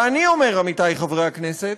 ואני אומר, עמיתי חברי הכנסת: